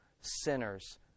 sinners